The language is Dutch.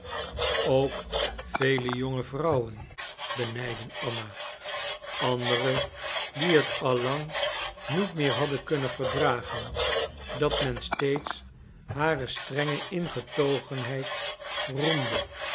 ook vele jonge vrouwen benijdden anna andere die het al lang niet meer hadden kunnen verdragen dat men steeds hare strenge ingetogenheid roemde